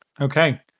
Okay